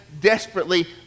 desperately